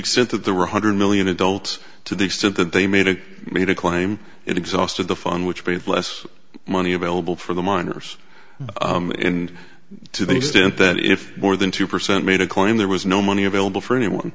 extent that there were one hundred million adults to the extent that they made it made a claim it exhausted the fun which means less money available for the miners and to the extent that if more than two percent made a claim there was no money available for